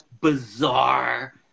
bizarre